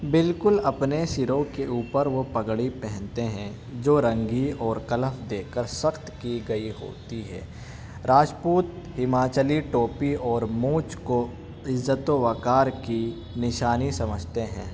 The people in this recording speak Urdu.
بالکل اپنے سروں کے اوپر وہ پگڑی پہنتے ہیں جو رنگی اور کلف دے کر سخت کی گئی ہوتی ہے راجپوت ہماچلی ٹوپی اور مونچھ کو عزت و وقار کی نشانی سمجھتے ہیں